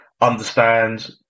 understand